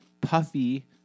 puffy